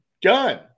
done